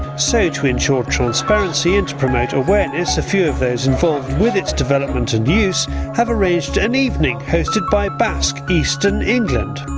so, to ensure transparency and to promote awareness a few of those involved with it's development and use have arranged a and evening hosted by basc eastern england.